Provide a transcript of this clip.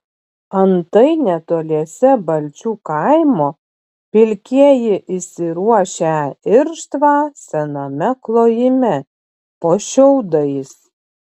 antai netoliese balčių kaimo pilkieji įsiruošę irštvą sename klojime po šiaudais